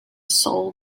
sole